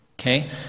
okay